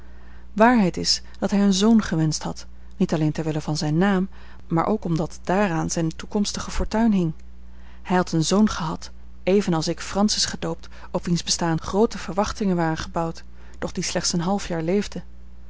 waarheid is dat hij een zoon gewenscht had niet alleen ter wille van zijn naam maar ook omdat daaraan zijne toekomstige fortuin hing hij had een zoon gehad evenals ik francis gedoopt op wiens bestaan groote verwachtingen waren gebouwd doch die slechts een half jaar leefde